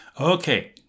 Okay